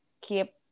keep